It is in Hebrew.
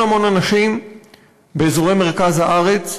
המון אנשים באזורי מרכז הארץ ודרום-המרכז,